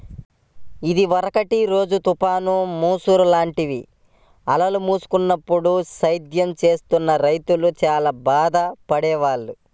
ఇదివరకటి రోజుల్లో తుఫాన్లు, ముసురు లాంటివి అలుముకున్నప్పుడు సేద్యం చేస్తున్న రైతులు చానా బాధలు పడేవాళ్ళు